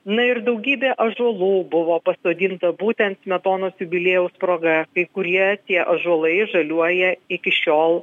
na ir daugybė ąžuolų buvo pasodinta būtent smetonos jubiliejaus proga kai kurie tie ąžuolai žaliuoja iki šiol